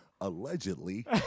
allegedly